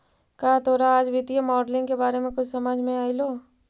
का तोरा आज वित्तीय मॉडलिंग के बारे में कुछ समझ मे अयलो?